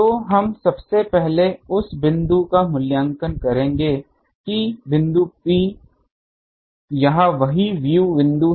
तो हम सबसे पहले उस बिंदु का मूल्यांकन करेंगे कि बिंदु P यह वही व्यू बिंदु है